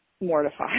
mortified